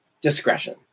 discretion